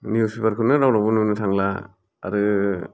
newspaper खौनो रावनावबो नुनो थांला आरो